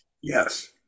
Yes